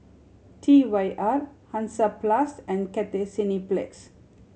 T Y R Hansaplast and Cathay Cineplex